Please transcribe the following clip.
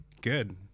good